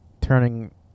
turning